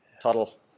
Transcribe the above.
Tuttle